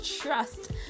trust